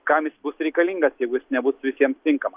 kam jis bus reikalingas jeigu jis nebus visiem tinkama